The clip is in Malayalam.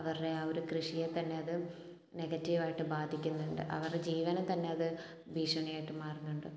അവരുടെ ആ ഒരു കൃഷിയെ തന്നെ അത് നെഗറ്റീവ് ആയിട്ട് ബാധിക്കുന്നുണ്ട് അവരെ ജീവനെ തന്നെ അത് ഭീഷണി ആയിട്ട് മാറുന്നുണ്ട്